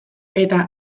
eta